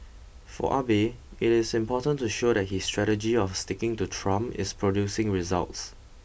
for Abe it is important to show that his strategy of sticking to Trump is producing results